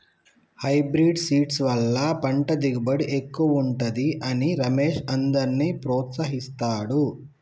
hybrid seeds వల్ల పంట దిగుబడి ఎక్కువుంటది అని రమేష్ అందర్నీ ప్రోత్సహిస్తాడు